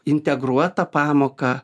integruotą pamoką